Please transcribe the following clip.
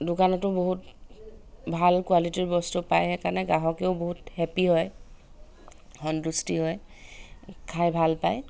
দোকানতো বহুত ভাল কোৱালিটিৰ বস্তু পায় সেইকাৰণে গ্ৰাহকেও বহুত হেপ্পী হয় সন্তুষ্টি হয় খাই ভাল পায়